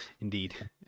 Indeed